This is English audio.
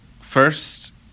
first